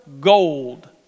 gold